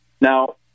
Now